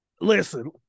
Listen